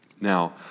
Now